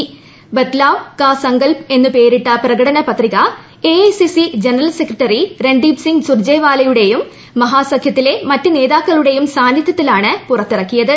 ബദ്ലാവ് കാ സങ്കൽപ് എന്നു പേരിട്ട പ്രകടനപത്രിക AIC general secretary Randeep Singh സുർജവാലയുടെയും മഹാ സഖ്യത്തിലെ മറ്റ് നേതാക്കളുടെയും സാന്നിധ്യത്തിലാണ് പുറത്തിറക്കിയത്